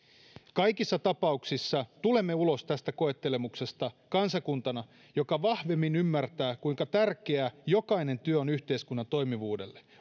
kaikissa tapauksissa tulemme ulos tästä koettelemuksesta kansakuntana joka vahvemmin ymmärtää kuinka tärkeää jokainen työ on yhteiskunnan toimivuudelle